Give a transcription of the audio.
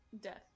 Death